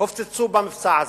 הופצצו במבצע הזה?